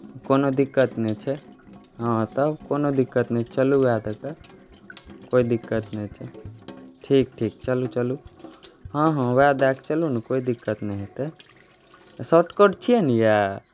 कोनो दिक्क्त नहि छै हँ तब कोनो दिक्क्त नहि छै चलू उएह दऽ कऽ कोइ दिक्क्त नहि छै ठीक ठीक चलू चलू हँ हँ उएह दऽ कऽ चलू ने कोइ दिक्क्त नहि हेतै शॉर्टकट छियै ने इएह